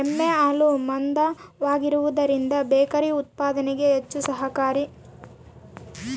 ಎಮ್ಮೆ ಹಾಲು ಮಂದವಾಗಿರುವದರಿಂದ ಬೇಕರಿ ಉತ್ಪಾದನೆಗೆ ಹೆಚ್ಚು ಸಹಕಾರಿ